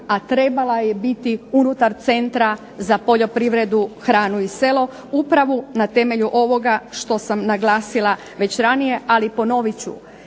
a trebala je biti unutar Centra za poljoprivredu, hranu i selo upravo na temelju ovoga što sam naglasila i ranije, ali ponovit ću.